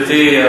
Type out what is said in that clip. גברתי,